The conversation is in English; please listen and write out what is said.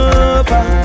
over